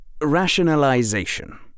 RATIONALIZATION